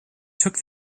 took